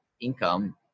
income